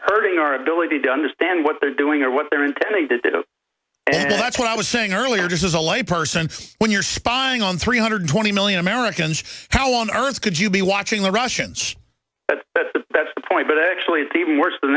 hurting our ability to understand what they're doing or what they're intending to do and that's what i was saying earlier just as a lay person when you're spying on three hundred twenty million americans how on earth could you be watching the russians at the best point but actually it's even worse than